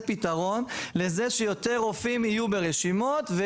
פתרון לזה שיותר רופאים יהיו ברשימות.